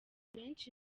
benshi